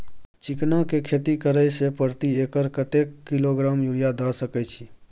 चिकना के खेती करे से प्रति एकर कतेक किलोग्राम यूरिया द सके छी?